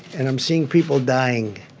and i'm seeing people dying.